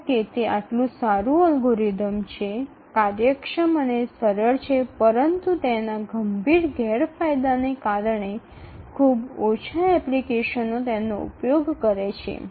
જો કે તે આટલું સારું અલ્ગોરિધમ છે કાર્યક્ષમ અને સરળ છે પરંતુ તેના ગંભીર ગેરફાયદાને કારણે ખૂબ ઓછા એપ્લિકેશનો તેનો ઉપયોગ કરે છે